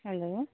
hello